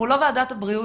אנחנו לא ועדת הבריאות,